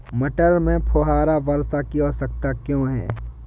मटर में फुहारा वर्षा की आवश्यकता क्यो है?